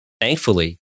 Thankfully